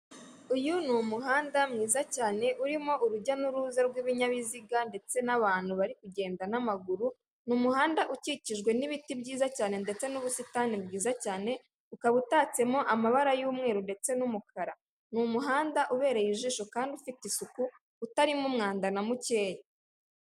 Uyu ni umuhanda mwiza cyane urimo urujya n'uruza rw'ibinyabiziga ndetse n'abantu bari kugenda n'amaguru, ni umuhanda ukikijwe n'ibiti byiza cyane ndetse n'ubusitani bwiza cyane ukaba utatsemo amabara y'umweru ndetse n'umukara, ni umuhanda ubereye ijisho kandi ufite isuku utarimo umwanda na mukeya.